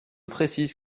précise